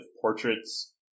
portraits